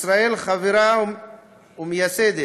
ישראל חברה ומייסדת